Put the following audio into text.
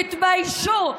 תתביישו.